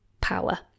power